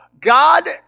God